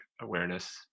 awareness